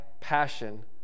passion